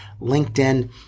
LinkedIn